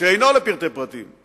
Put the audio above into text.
שאיננו לפרטי פרטים.